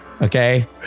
Okay